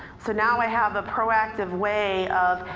so now i have a proactive way of,